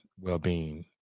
well-being